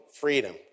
freedom